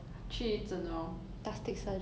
same me too